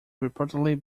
reportedly